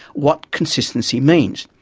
what consistency means.